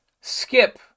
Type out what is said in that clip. skip